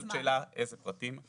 זאת שאלה איזה פרטים,